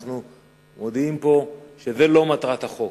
אנחנו מודיעים פה שזאת לא מטרת החוק.